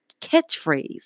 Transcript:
catchphrase